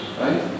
Right